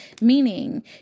meaning